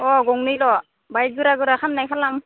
अ गंनैल' बाय गोरा गोरा खामनाय खालाम